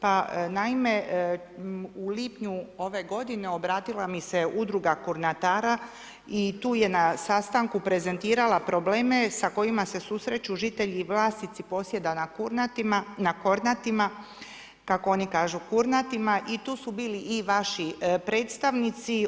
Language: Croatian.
Pa naime u lipnju ove godine obratila mi se udruga Kornatara i tu je na sastanku prezentirala probleme sa kojima se susreću žitelji i vlasnici posjeda na Kornatima kako oni kažu Kurnatima i tu su bili i vaši predstavnici.